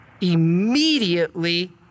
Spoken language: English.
immediately